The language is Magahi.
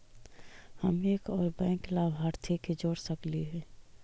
हम एक और बैंक लाभार्थी के जोड़ सकली हे?